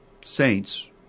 saints